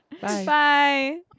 Bye